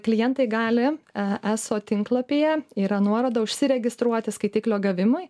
klientai gali a eso tinklapyje yra nuoroda užsiregistruoti skaitiklio gavimui